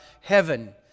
heaven